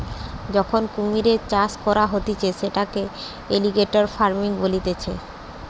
যখন কুমিরের চাষ করা হতিছে সেটাকে এলিগেটের ফার্মিং বলতিছে